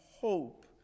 hope